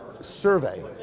survey